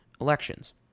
elections